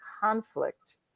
conflict